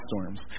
storms